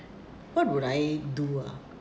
what would I do ah